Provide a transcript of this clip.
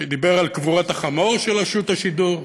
שדיבר על קבורת החמור של רשות השידור,